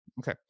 okay